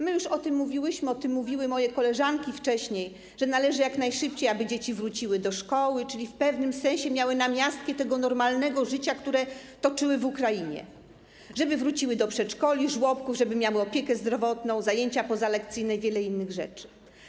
My już o tym mówiłyśmy, o tym mówiły wcześniej moje koleżanki, że należy jak najszybciej działać, aby dzieci wróciły do szkoły, czyli w pewnym sensie miały namiastkę tego normalnego życia, które toczyło się w Ukrainie, żeby wróciły do przedszkoli, żłobków, żeby miały opiekę zdrowotną, zajęcia pozalekcyjne i wiele innych rzeczy.